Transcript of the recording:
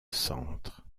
centre